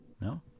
No